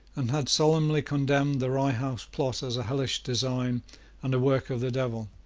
and had solemnly condemned the rye house plot as a hellish design and a work of the devil.